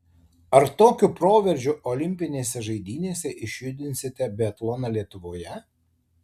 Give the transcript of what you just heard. ar tokiu proveržiu olimpinėse žaidynėse išjudinsite biatloną lietuvoje